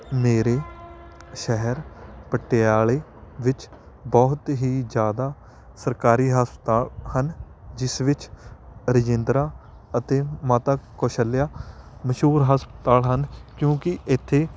ਮੇਰੇ ਸ਼ਹਿਰ ਪਟਿਆਲੇ ਵਿੱਚ ਬਹੁਤ ਹੀ ਜਿਆਦਾ ਸਰਕਾਰੀ ਹਸਪਤਾਲ ਹਨ ਜਿਸ ਵਿੱਚ ਰਜਿੰਦਰਾ ਅਤੇ ਮਾਤਾ ਕੌਸ਼ਲਿਆ ਮਸ਼ਹੂਰ ਹਸਪਤਾਲ ਹਨ ਕਿਉਂਕਿ ਇੱਥੇ